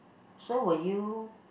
so will you